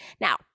Now